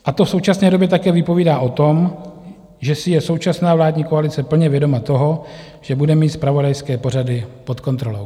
A to v současné době také vypovídá o tom, že si je současná vládní koalice plně vědoma toho, že bude mít zpravodajské pořady pod kontrolou.